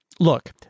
look